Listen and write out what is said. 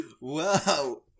Wow